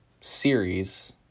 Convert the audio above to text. series